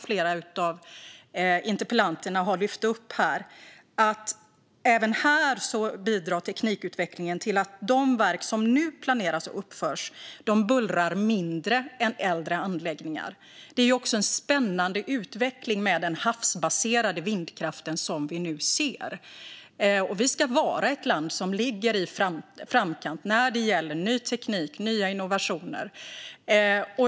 Flera av interpellanterna har tagit upp frågan om buller. Även här bidrar teknikutvecklingen till att de verk som nu planeras och uppförs bullrar mindre än äldre anläggningar. Det är också en spännande utveckling med den havsbaserade vindkraften. Sverige ska vara ett land som ligger i framkant när det gäller ny teknik och nya innovationer.